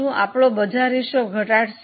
શું આપણો બજાર હિસ્સો ઘટાડશે